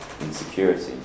insecurity